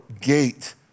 gate